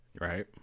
right